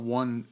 one